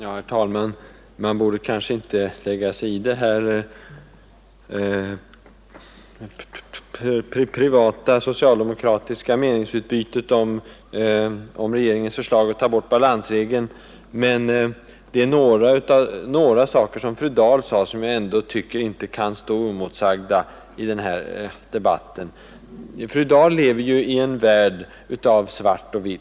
Herr talman! Man borde kanske inte lägga sig i det här privata socialdemokratiska meningsutbytet om regeringens förslag att ta bort balansregeln, men det är några saker som fru Dahl sade som inte kan få stå oemotsagda i den här debatten. Fru Dahl lever ju i en värld av svart och vitt.